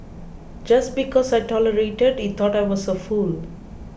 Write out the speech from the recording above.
just because I tolerated he thought I was a fool